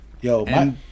Yo